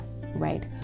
right